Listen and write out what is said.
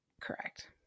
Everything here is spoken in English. Correct